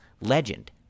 legend